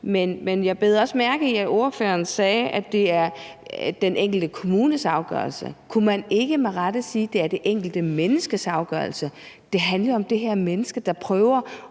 Men jeg bed også mærke i, at ordføreren sagde, at det er den enkelte kommunes afgørelse. Kunne man ikke med rette sige, at det er det enkelte menneskes afgørelse? Det handler om det her menneske, der prøver